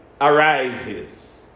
arises